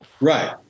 Right